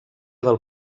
del